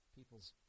people's